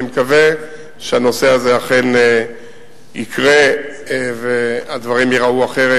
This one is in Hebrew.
אני מקווה שהדבר הזה אכן יקרה והדברים ייראו אחרת,